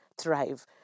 thrive